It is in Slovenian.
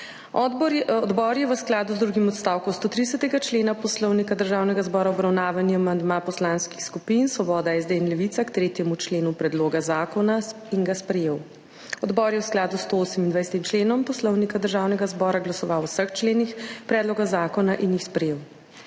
Odbor je v skladu z drugim odstavkom 130. člena Poslovnika Državnega zbora obravnaval amandma poslanskih skupin Svoboda, SD in Levica k 3. členu predloga zakona in ga sprejel. Odbor je v skladu s 128. členom Poslovnika Državnega zbora glasoval o vseh členih predloga zakona in jih sprejel.